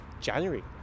January